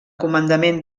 comandament